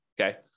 Okay